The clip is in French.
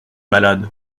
malade